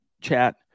chat